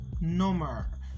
number